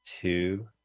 Two